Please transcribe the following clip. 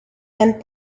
and